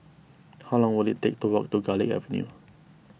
how long will it take to walk to Garlick Avenue